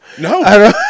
No